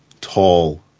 tall